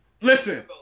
Listen